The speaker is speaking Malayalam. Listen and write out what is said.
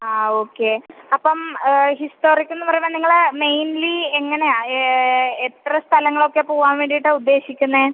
ആ ഓക്കെ അപ്പം ഹിസ്റ്റോറിക്ക് എന്ന് പറയുമ്പോൾ നിങ്ങൾ മെയിൻലി എങ്ങനെയാണ് എത്ര സ്ഥലങ്ങളൊക്കെ പോകുവാൻ വേണ്ടിയിട്ടാണ് ഉദ്ദേശിക്കുന്നത്